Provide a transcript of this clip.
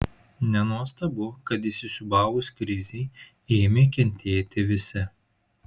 nenuostabu kad įsisiūbavus krizei ėmė kentėti visi